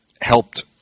helped